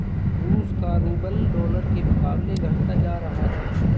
रूस का rouble dollar के मुकाबले घटता जा रहा है